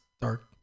dark